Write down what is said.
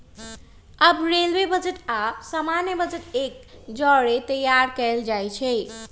अब railway budget आऽ सामान्य बजट एक जौरे तइयार कएल जाइ छइ